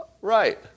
Right